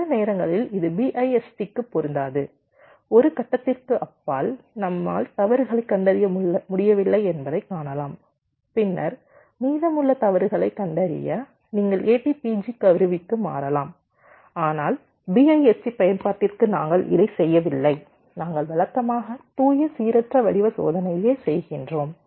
ஆனால் சில நேரங்களில் இது BIST க்கு பொருந்தாது ஒரு கட்டத்திற்கு அப்பால் நம்மால் தவறுகளை கண்டறிய முடியவில்லை என்பதைக் காணலாம் பின்னர் மீதமுள்ள தவறுகளை கண்டறிய நீங்கள் ATPG கருவிக்கு மாறலாம் ஆனால் BIST பயன்பாட்டிற்கு நாங்கள் இதைச் செய்யவில்லை நாங்கள் வழக்கமாக தூய சீரற்ற வடிவ சோதனையே செய்கிறோம்